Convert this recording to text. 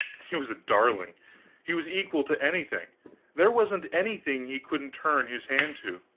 he was a darling he was equal to anything there wasn't anything he couldn't turn his hand to.